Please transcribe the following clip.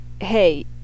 hey